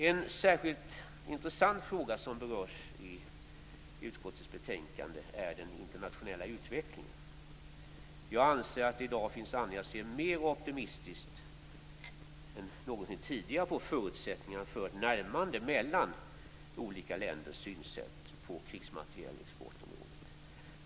En särskilt intressant fråga som berörs i utskottets betänkande är den internationella utvecklingen. Jag anser att det i dag finns anledning att se mer optimistiskt än någonsin tidigare på förutsättningarna för ett närmande mellan olika länders synsätt på krigsmaterielexportområdet.